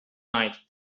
night